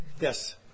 Yes